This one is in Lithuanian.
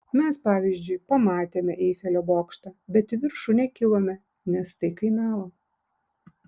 mes pavyzdžiui pamatėme eifelio bokštą bet į viršų nekilome nes tai kainavo